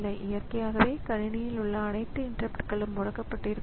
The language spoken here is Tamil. முழு ஆப்பரேட்டிங் ஸிஸ்டத்தையும் இந்த ரீட் ஒன்லி மெமரியில் வைத்திருக்க முடியாது